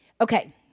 Okay